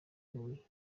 huye